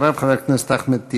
אחריו, חבר הכנסת אחמד טיבי.